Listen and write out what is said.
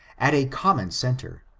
at a common centre,